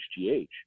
HGH